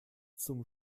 zum